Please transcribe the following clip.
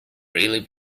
really